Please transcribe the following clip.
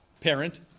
parent